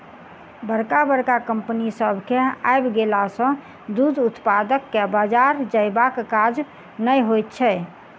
बड़का बड़का कम्पनी सभ के आइब गेला सॅ दूध उत्पादक के बाजार जयबाक काज नै होइत छै